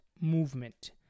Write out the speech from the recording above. movement